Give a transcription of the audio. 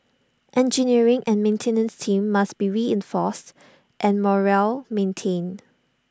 engineering and maintenance teams must be reinforced and morale maintained